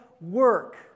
work